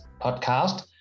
podcast